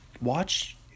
watch